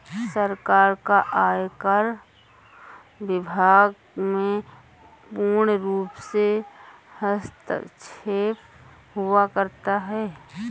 सरकार का आयकर विभाग में पूर्णरूप से हस्तक्षेप हुआ करता है